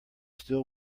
still